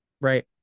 right